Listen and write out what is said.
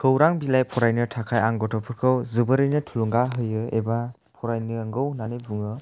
खौरां बिलाइ फरायनो थाखाय आं गथ'फोरखौ जोबोरैनो थुलुंगा होयो एबा फरायनो नांगौ होननानै बुङो